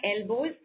elbows